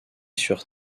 sur